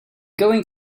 going